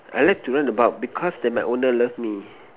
I like to run about because then my owner love me